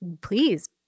please